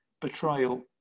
betrayal